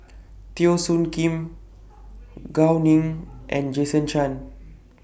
Teo Soon Kim Gao Ning and Jason Chan